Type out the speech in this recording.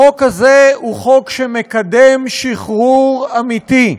החוק הזה הוא חוק שמקדם שחרור אמיתי.